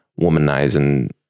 womanizing